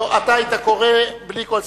אתה היית קורא בלי כל ספק.